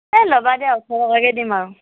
এ ল'বা দিয়া ওঠৰ টকাকৈ দিম আৰু